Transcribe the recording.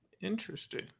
Interesting